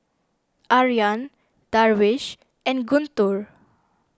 Aryan Darwish and Guntur